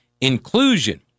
inclusion